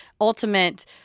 ultimate